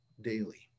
daily